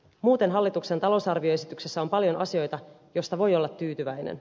muuten hallituksen talousarvioesityksessä on paljon asioita joista voi olla tyytyväinen